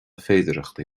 féidearthachtaí